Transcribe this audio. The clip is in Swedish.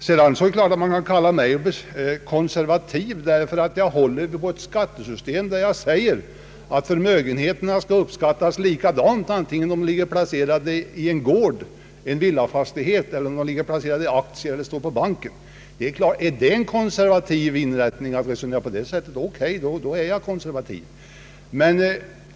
Det är klart att man kan kalla mig konservativ därför att jag håller på ett skattesystem som säger att förmögenheterna skall beskattas likadant, oavsett om pengarna ligger placerade i en gård, en villafastighet eller i aktier eller om de står på banken. Är det en konservativ inställning att resonera på det sättet, så är jag naturligtvis konservativ.